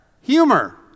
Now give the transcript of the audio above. Humor